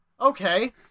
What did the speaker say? Okay